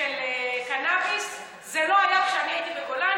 של קנאביס, זה לא היה כשאני הייתי בגולני.